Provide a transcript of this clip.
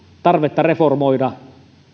tarvetta reformoida